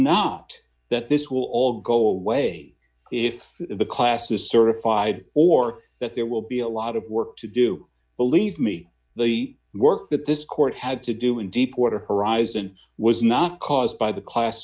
not that this will all go away if the class is certified or that there will be a lot of work to do believe me the work that this court had to do in deepwater horizon was not caused by the class